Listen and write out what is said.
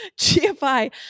GFI